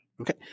Okay